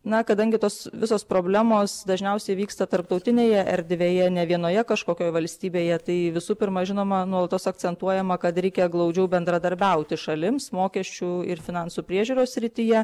na kadangi tos visos problemos dažniausiai vyksta tarptautinėje erdvėje ne vienoje kažkokioj valstybėje tai visų pirma žinoma nuolatos akcentuojama kad reikia glaudžiau bendradarbiauti šalims mokesčių ir finansų priežiūros srityje